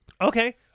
Okay